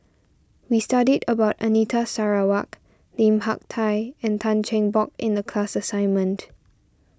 we studied about Anita Sarawak Lim Hak Tai and Tan Cheng Bock in the class assignment